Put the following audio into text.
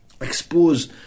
expose